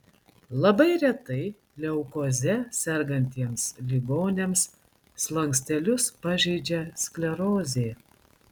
labai retai leukoze sergantiems ligoniams slankstelius pažeidžia sklerozė